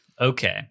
Okay